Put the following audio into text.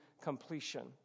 completion